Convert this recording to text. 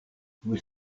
vous